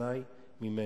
באוזני ממנו.